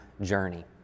journey